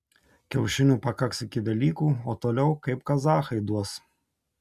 kiaušinių pakaks iki velykų o toliau kaip kazachai duos